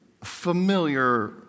familiar